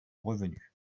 revenu